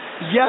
yes